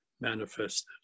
manifested